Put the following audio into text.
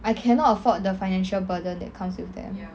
I cannot afford the financial burden that comes with them